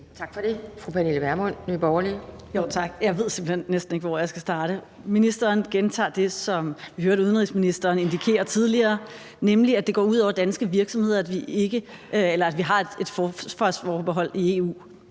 Tak for det. Fru Pernille Vermund, Nye Borgerlige.